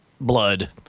blood